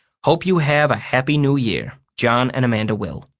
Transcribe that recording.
hope you have a happy new year! john and amanda will